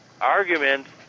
arguments